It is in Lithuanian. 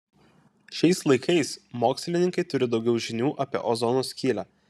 šiais laikais mokslininkai turi daugiau žinių apie ozono skylę